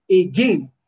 again